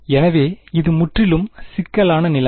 எனவே இது முற்றிலும் சிக்கலான நிலைமை